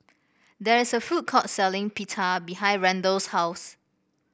there is a food court selling Pita behind Randal's house